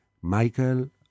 Michael